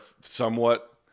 somewhat